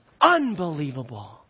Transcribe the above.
unbelievable